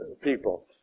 people